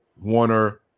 Warner